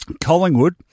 Collingwood